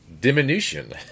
diminution